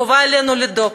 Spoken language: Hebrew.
חובה עלינו לדאוג,